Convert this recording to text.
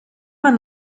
man